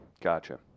Gotcha